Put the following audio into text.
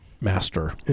master